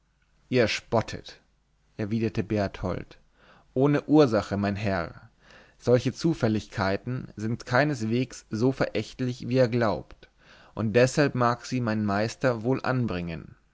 ihr spottet erwiderte berthold ohne ursache mein herr solche zufälligkeiten sind keinesweges so verächtlich wie ihr glaubt und deshalb mag sie mein meister wohl anbringen